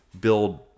build